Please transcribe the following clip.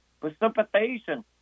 precipitation